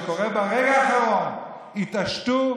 אני קורא ברגע האחרון: התעשתו,